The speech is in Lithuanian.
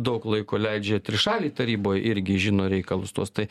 daug laiko leidžia trišalėj taryboj irgi žino reikalus tuos tai